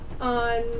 on